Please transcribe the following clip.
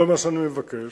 כל מה שאני מבקש,